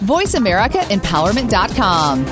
VoiceAmericaEmpowerment.com